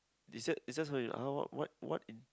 is that is that what you are what what in